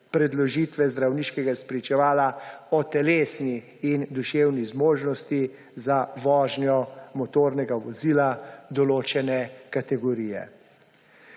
predložitve zdravniškega spričevala o telesni in duševni zmožnosti za vožnjo motornega vozila določene kategorije.